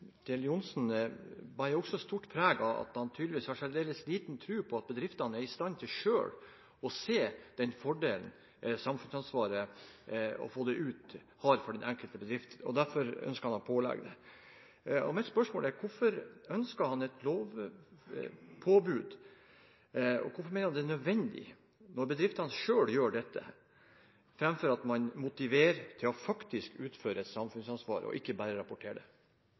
tydeligvis har særdeles liten tro på at bedriftene selv er i stand til å se den fordelen rapportering av samfunnsansvar har for den enkelte bedrift, og derfor ønsker man å pålegge dem det. Mitt spørsmål er: Hvorfor ønsker man et lovpåbud? Hvorfor mener man at det er nødvendig, når bedriftene selv gjør dette – framfor å motivere til faktisk å utføre et samfunnsansvar, og ikke bare rapportere